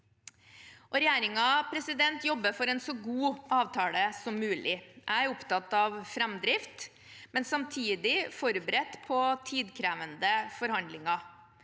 Regjeringen jobber for en så god avtale som mulig. Jeg er opptatt av framdrift, men samtidig forberedt på tidkrevende forhandlinger.